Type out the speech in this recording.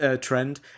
trend